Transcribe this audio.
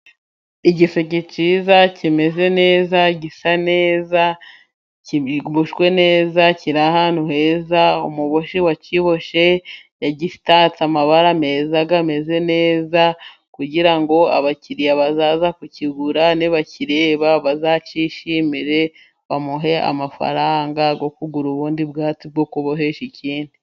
Igiseke cyiza kimeze neza gisa neza, kiboshywe neza kiri ahantu heza umuboshyi wakiboshye yagitatse amabara meza ameze neza, kugira ngo abakiriya bazaza kukigura nibakireba bazakishimire, bamuhe amafaranga yo kugura ubundi bwatsi bwo kubohesha ikindi.